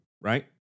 right